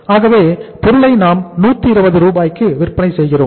ஆகவே பொருளை நாம் 120 ரூபாய்க்கு விற்பனை செய்கிறோம்